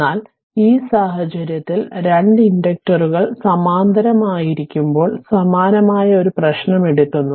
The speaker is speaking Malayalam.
എന്നാൽ ഈ സാഹചര്യത്തിൽ 2 ഇൻഡക്റ്ററുകൾ സമാന്തരമായിരിക്കുമ്പോൾ സമാനമായ ഒരു പ്രശ്നം എടുക്കുന്നു